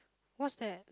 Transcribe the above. what's that